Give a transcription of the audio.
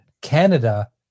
canada